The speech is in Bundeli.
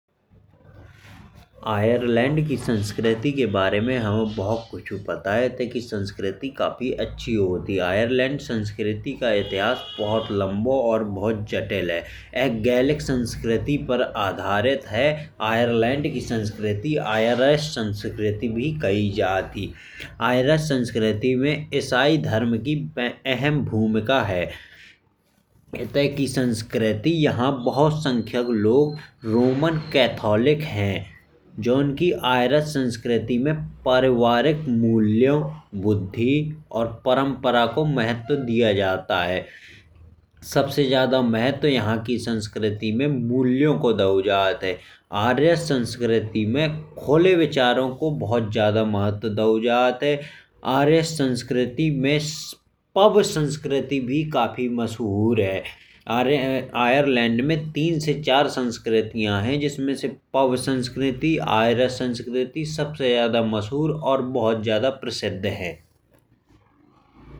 आयरलैंड की संस्कृति के बारे में हमें बहुत कुछ पता है इत्ते की संस्कृति काफी अच्छी होत ही। आयरलैंड संस्कृति का इतिहास बहुत लंबो और बहुत जटिल है यह गैलिक संस्कृति पर आधारित है। आयरलैंड की संस्कृति आयरिश संस्कृति भी कही जात ही। आयरिश संस्कृति में ईसाई धर्म की अहम भूमिका है। इत्ते की संस्कृति यहाँ बहुत संख्यक लोग रोमन कैथोलिक है। जौन की आयरिश संस्कृति में पारिवारिक मूल्यों बुद्धि और परंपरा को महत्व दिया जाता है। सबसे ज्यादा महत्व यहाँ की संस्कृति में मूल्यों को दाओ जात है। आयरिश संस्कृति में खुले विचारों को बहुत ज्यादा महत्व दाओ जात है। आयरिश संस्कृत में पब संस्कृति भी काफी मशहूर है। आयरलैंड में तीन से चार संस्कृतियाँ है जिमे से पब संस्कृति। सबसे ज्यादा मशहूर और बहुत ज्यादा प्रसिद्ध है।